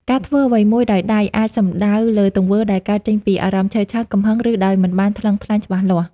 ការធ្វើអ្វីមួយដោយ "ដៃ" អាចសំដៅលើទង្វើដែលកើតចេញពីអារម្មណ៍ឆេវឆាវ កំហឹង ឬដោយមិនបានថ្លឹងថ្លែងច្បាស់លាស់។